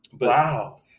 Wow